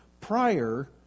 prior